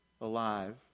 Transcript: alive